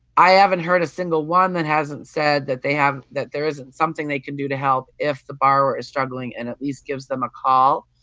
i haven't heard a single one that hasn't said that they have that there isn't something they can do to help if the borrower is struggling and at least gives them a call.